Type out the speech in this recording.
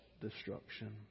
destruction